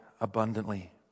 abundantly